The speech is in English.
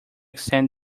extend